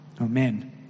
Amen